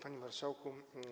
Panie Marszałku!